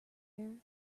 air